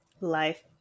life